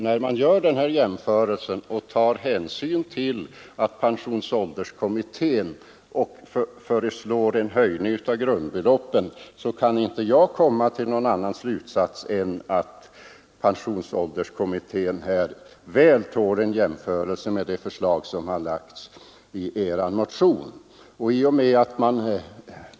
När man gör denna jämförelse och tar hänsyn till att pensionsålderskommittén föreslår en höjning av grundbeloppen, kan man inte komma till någon annan slutsats än att pensionsålderskommitténs förslag väl tål en jämförelse med de förslag som lagts av vänsterpartiet kommunisterna.